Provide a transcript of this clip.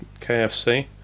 KFC